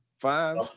Five